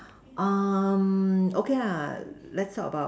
okay let's talk about